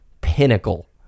pinnacle